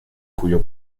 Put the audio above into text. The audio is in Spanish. cuyo